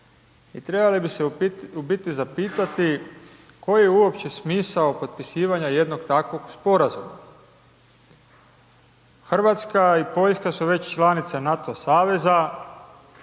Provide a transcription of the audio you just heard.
trebali bi se u biti zapitati koji je uopće smisao potpisivanja jednog takvog sporazuma. Hrvatska i Poljska su već članice NATO saveza,